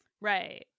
Right